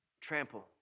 trample